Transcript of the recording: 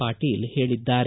ಪಾಟೀಲ ಹೇಳಿದ್ದಾರೆ